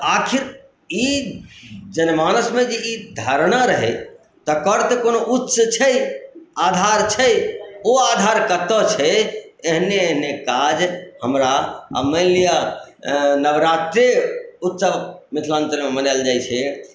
तऽ आखिर ई जनमानसमे जे ई धारणा रहै तकर तऽ कोनो उच्च छै आधार छै ओ आधार कतऽ छै एहने एहने काज हमरा आ मानि लिअ नवरात्रे उच्च मिथिलाञ्चलमे मनायल जाइत छै